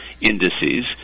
indices